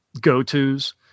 go-tos